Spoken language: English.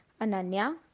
Ananya